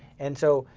and so,